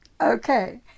Okay